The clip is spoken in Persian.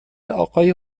اقای